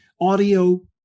audio